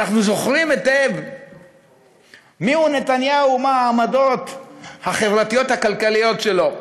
אנחנו זוכרים היטב מיהו נתניהו ומה העמדות החברתיות הכלכליות שלו,